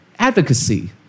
Advocacy